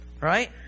Right